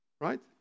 Right